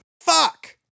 Fuck